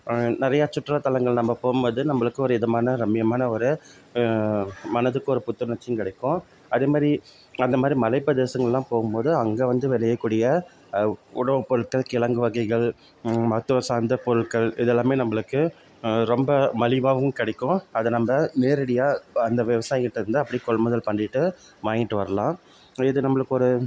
நிறைய சுற்றுலாத்தலங்கள் நம்ம போகும்போது நம்மளுக்கும் ஒரு இதமான ரம்மியமான ஒரு மனதுக்கு ஒரு புத்துணர்ச்சியும் கிடைக்கும் அதே மாதிரி அந்த மாதிரி மலை பிரதேசங்கள் எல்லாம் போகும் போது அங்கே வந்து விளையக்கூடிய உணவுப்பொருட்கள் கிழங்கு வகைகள் மருத்துவம் சார்ந்த பொருட்கள் இது எல்லாமே நம்பளுக்கு ரொம்ப மலிவாகவும் கிடைக்கும் அதை நம்ப நேரடியாக இப்போ அந்த விவசாயிக்கிட்ட இருந்து அப்படியே கொள் முதல் பண்ணிகிட்டு வாங்கிட்டு வரலாம் இது நம்பளுக்கு ஒரு